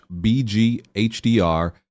BGHDR